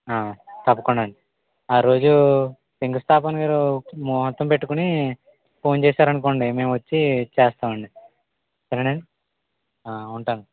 తప్పకుండా అండి ఆ రోజు శంకుస్థాపనకు మీరు ముహూర్తం పెట్టుకొని ఫోన్ చేశారు అనుకోండి మేము వచ్చి చేస్తామండి సరే నండి ఉంటాను